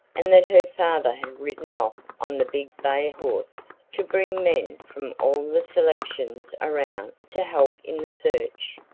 and that her father had ridden off on the big bay horse to bring men from all the selections around to help in the search.